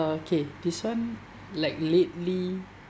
uh okay this one like lately